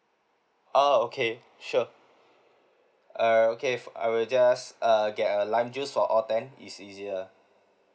oh okay sure err okay f~ I will just uh get a lime juice for all ten it's easier